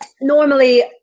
Normally